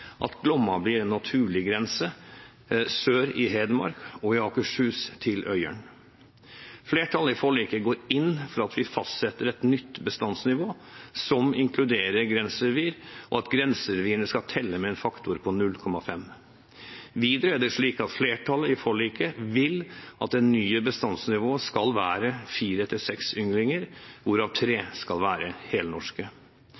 at Glomma blir en naturlig grense sør i Hedmark og i Akershus til Øyeren. Flertallet i forliket går inn for at vi fastsetter et nytt bestandsnivå, som inkluderer grenserevir, og at grenserevirene skal telle med en faktor på 0,5. Videre vil flertallet i forliket at det nye bestandsnivået skal være fire–seks ynglinger, hvorav